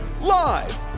Live